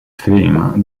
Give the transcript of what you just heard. theme